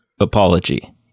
apology